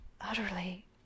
utterly